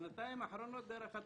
בשנתיים האחרונות דרך הטוטו,